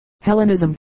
Hellenism